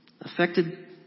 affected